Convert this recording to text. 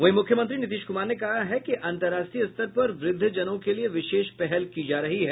वहीं मुख्यमंत्री नीतीश कुमार ने कहा है कि अन्तर्राष्ट्रीय स्तर पर व्रद्धजनों के लिए विशेष पहल की जा रही है